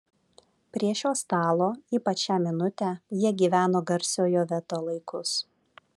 prie šio stalo ypač šią minutę jie gyveno garsiojo veto laikus